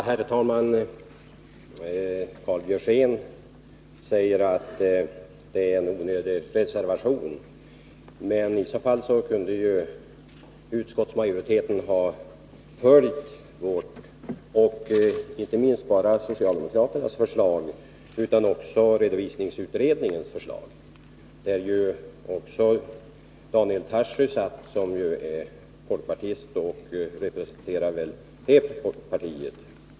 Herr talman! Karl Björzén säger att det är en onödig reservation, men i så fall kunde utskottsmajoriteten ha följt vårt förslag; det är inte bara socialdemokraterna som står bakom det förslaget utan också redovisningsutredningen — och där satt bl.a. Daniel Tarschys, som ju är folkpartist och som väl representerade hela folkpartiet.